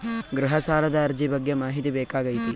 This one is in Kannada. ಗೃಹ ಸಾಲದ ಅರ್ಜಿ ಬಗ್ಗೆ ಮಾಹಿತಿ ಬೇಕಾಗೈತಿ?